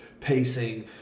Pacing